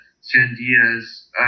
Sandias